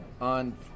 on